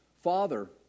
father